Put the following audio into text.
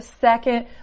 second